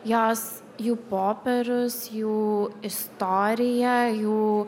jos jų popierius jų istorija jų